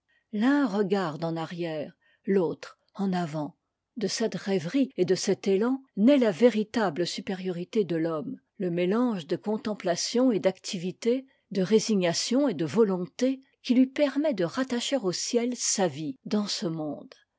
l'un regarde en arrière l'autre en avant de cette rêverie et de cet élan naît la véritable supériorité de l'homme le mélange de contemplation et d'activité de résignation et de volonté qui lui permet de rattacher au ciel sa vie dans ce monde